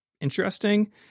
interesting